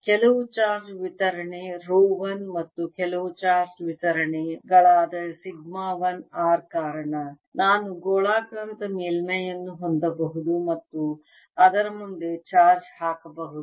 ಕೆಲವು ಚಾರ್ಜ್ ವಿತರಣೆ ರೋ 1 ಮತ್ತು ಕೆಲವು ಚಾರ್ಜ್ ವಿತರಣೆ ಗಳಾದ ಸಿಗ್ಮಾ 1 r ಕಾರಣ ನಾನು ಗೋಳಾಕಾರದ ಮೇಲ್ಮೈಯನ್ನು ಹೊಂದಬಹುದು ಮತ್ತು ಅದರ ಮುಂದೆ ಚಾರ್ಜ್ ಹಾಕಬಹುದು